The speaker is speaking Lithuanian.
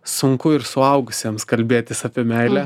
sunku ir suaugusiems kalbėtis apie meilę